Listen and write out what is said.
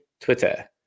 Twitter